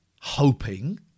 hoping